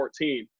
2014